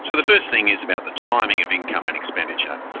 so the first thing is about the timing of income and expenditure.